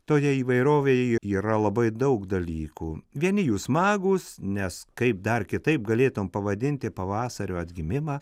toje įvairovėje yra labai daug dalykų vieni jų smagūs nes kaip dar kitaip galėtum pavadinti pavasario atgimimą